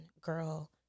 girl